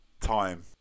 time